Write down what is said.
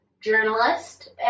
journalist